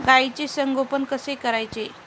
गाईचे संगोपन कसे करायचे?